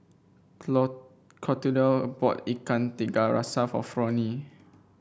Clotilde bought Ikan Tiga Rasa for Fronie